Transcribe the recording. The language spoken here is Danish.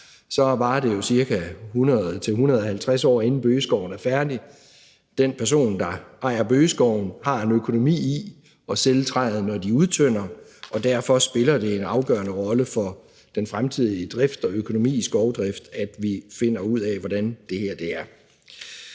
varer det jo ca. 100-150 år, inden bøgeskoven er færdig. Den person, der ejer en bøgeskov, har en økonomisk fordel i at sælge træet, når man udtynder skoven, og derfor spiller det en afgørende rolle for den fremtidige skovdrift og økonomien i den, at vi finder ud af, hvordan det her